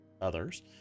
others